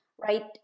right